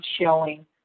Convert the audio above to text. showing